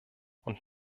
und